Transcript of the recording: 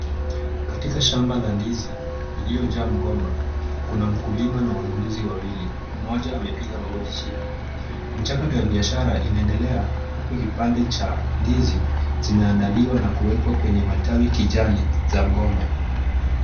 Katika shamba la ndizi, iliyojaa mgomba, kuna mkulima na wanunuzi wawili. Mmoja amepiga magoti chini. Mchaka ya biashara inaendelea huku kipande cha ndizi zimeandaliwa na kuwekwa kwenye matawi kijani za mgomba.